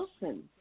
Wilson